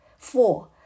four